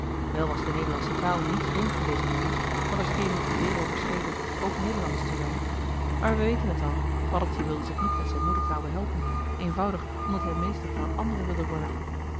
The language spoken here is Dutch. wel was de nederlandsche taal niet vreemd voor deze lieden want er schenen op de zeerooverschepen ook nederlanders te zijn maar we weten het al paddeltje wilde zich niet met zijn moedertaal behelpen eenvoudig omdat hij meester van een andere wilde worden